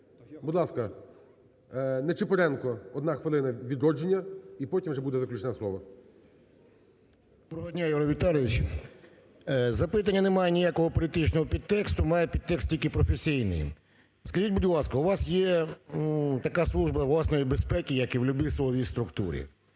Будь ласка, Ничипоренко, одна хвилина, "Відродження". І потім вже буде заключне слово. 14:11:44 НИЧИПОРЕНКО В.М. Доброго дня, Юрій Віталійович! Запитання не має ніякого політичного підтексту, має підтекст тільки професійний. Скажіть, будь ласка, у вас є така служба власної безпеки, як і в любій силовій структурі.